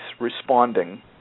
responding